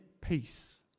peace